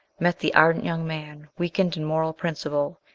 met the ardent young man weakened in moral principle,